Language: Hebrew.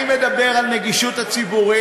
אני מדבר על נגישות לציבור,